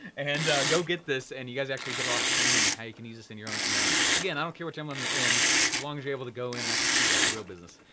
and go get this, and you guys actually get a lot of training on how you can use this in your own mlm. again, i don't care which mlm um you're in as long as you're able to go in and actually treat it like a real business.